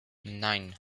nine